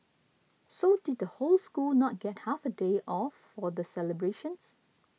so did the whole school not get half day off for the celebrations